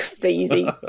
crazy